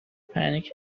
panic